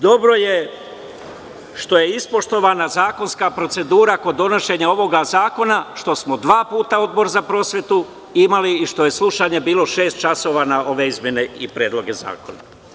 Deseto, dobro je što je ispoštovana zakonska procedura kod donošenja ovog zakona, što smo dva puta Odbor za prosvetu imali i što je slušanje bilo šest na ove izmene i predloge zakona.